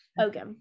Okay